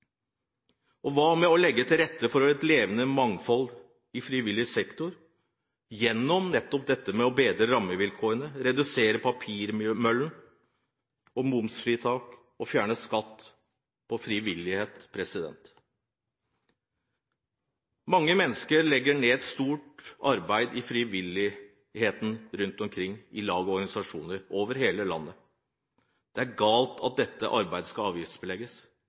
Og hva med å legge til rette for et levende mangfold i frivillig sektor, gjennom nettopp å bedre rammevilkårene, redusere papirmøllen, gi momsfritak og fjerne skatt på frivillighet? Mange mennesker legger ned et stort arbeid i frivilligheten rundt omkring i lag og organisasjoner over hele landet. Det er galt at dette arbeidet skal avgiftsbelegges,